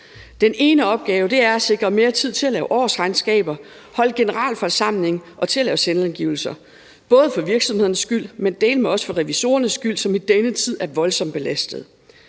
Den ene opgave er at sikre mere tid til at lave årsregnskaber, holde generalforsamling og til at lave selvangivelse, både for virksomhedernes skyld, men dæleme også for revisorernes skyld, som i denne tid er voldsomt belastet.